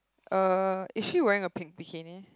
uh is she wearing a pink bikini